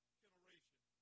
generation